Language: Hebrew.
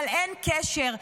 אבל אין קשר.